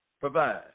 provide